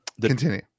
Continue